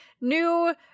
new